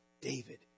David